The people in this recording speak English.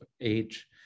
age